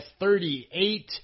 38